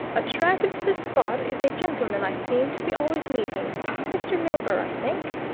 attracted to the spot, is a gentleman i seem to be always meeting mr. milburgh, i think.